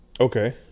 Okay